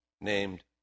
named